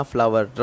Flower